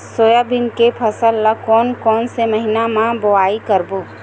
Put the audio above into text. Soybean के फसल ल कोन कौन से महीना म बोआई करबो?